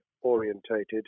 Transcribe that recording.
orientated